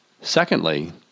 Secondly